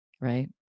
Right